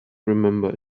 remember